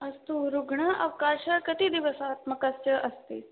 अस्तु रुग्णावकाशः कति दिवसात्मकस्य अस्ति